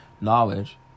knowledge